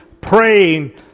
praying